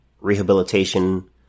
rehabilitation